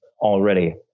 already